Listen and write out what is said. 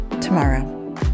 tomorrow